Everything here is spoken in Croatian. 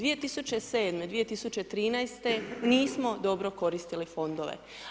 2007., 2013. nismo dobro koristili fondove.